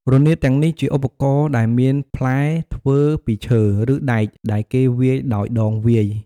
រនាតទាំងនេះជាឧបករណ៍ដែលមានផ្លែធ្វើពីឈើ ឬដែក ដែលគេវាយដោយដងវាយ។